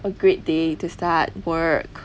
a great day to start work